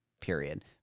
period